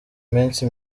minsi